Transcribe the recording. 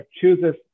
chooses